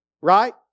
right